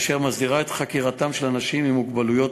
אשר מזהירה את חקירתם של אנשים עם מוגבלות,